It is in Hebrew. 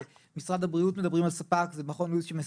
כשמשרד הבריאות מדבר על ספק, זה מכון לואיס שמספק.